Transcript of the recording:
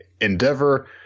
Endeavor